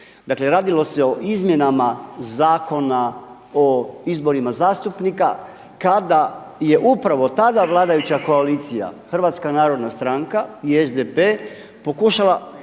Dakle, radilo se i izmjenama Zakona o izborima zastupnika kada je upravo tada vladajuća koalicija Hrvatska narodna stranka i SDP pokušala